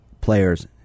players